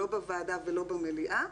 לא בוועדה ולא במליאה,